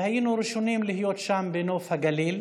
היינו ראשונים להיות שם בנוף הגליל.